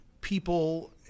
people